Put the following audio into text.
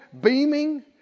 beaming